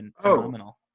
phenomenal